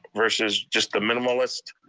versus just the minimalist?